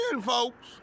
folks